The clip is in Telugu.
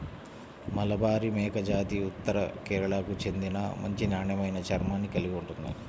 మలబారి మేకజాతి ఉత్తర కేరళకు చెందిన మంచి నాణ్యమైన చర్మాన్ని కలిగి ఉంటుంది